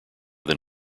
than